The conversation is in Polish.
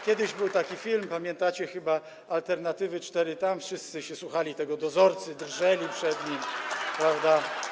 Kiedyś był taki film, pamiętacie chyba, „Alternatywy 4”, tam wszyscy słuchali się dozorcy, drżeli przed nim, prawda.